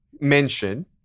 mention